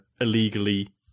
illegally